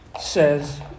says